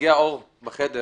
שנציגי האור בחדר